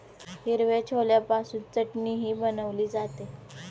हिरव्या छोल्यापासून चटणीही बनवली जाते